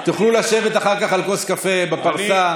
תוכלו לשבת אחר כך על כוס קפה בפרסה,